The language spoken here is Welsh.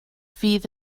fydd